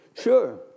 Sure